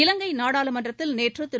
இலங்கை நாடாளுமன்றத்தில் நேற்று திரு